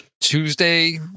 tuesday